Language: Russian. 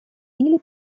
или